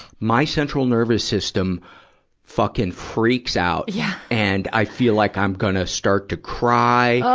my central nervous system fucking freaks out, yeah and i feel like i'm gonna start to cry,